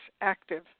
active